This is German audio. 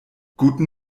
guten